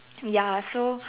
ya so